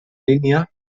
línia